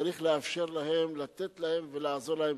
צריך לאפשר להם, לתת להם ולעזור להם.